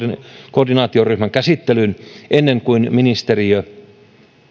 koordinaatioryhmän käsittelyyn ennen kuin ministeriö